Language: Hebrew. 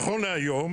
נכון להיום,